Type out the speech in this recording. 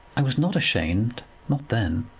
i was not ashamed not then.